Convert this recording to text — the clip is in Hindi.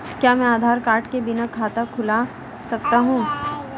क्या मैं आधार कार्ड के बिना खाता खुला सकता हूं?